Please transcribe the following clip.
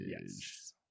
Yes